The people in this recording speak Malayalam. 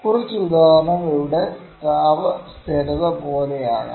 കുറച്ച് ഉദാഹരണങ്ങൾ ഇവിടെ താപ സ്ഥിരത പോലെയാകാം